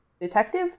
detective